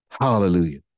Hallelujah